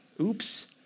oops